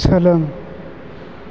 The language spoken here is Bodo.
सोलों